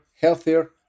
healthier